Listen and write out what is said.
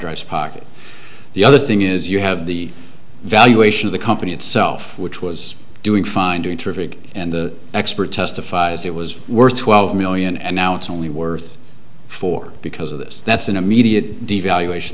hardress pocket the other thing is you have the valuation of the company itself which was doing fine doing terrific and the expert testifies it was worth twelve million and now it's only worth four because of this that's an immediate devaluation